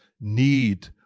need